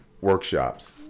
workshops